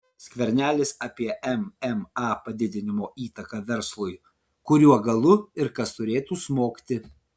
skvernelis apie mma padidinimo įtaką verslui kuriuo galu ir kas turėtų smogti